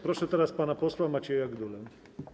Proszę teraz pana posła Macieja Gdulę.